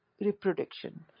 reproduction